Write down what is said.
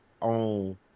on